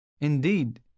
Indeed